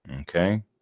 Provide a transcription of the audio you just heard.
Okay